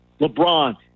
LeBron